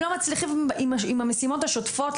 הם לא מצליחים להתמודד עם המשימות השוטפות,